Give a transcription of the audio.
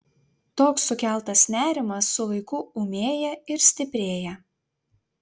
toks sukeltas nerimas su laiku ūmėja ir stiprėja